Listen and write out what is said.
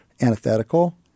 antithetical